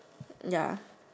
ya